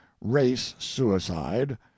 race-suicide